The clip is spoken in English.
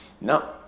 no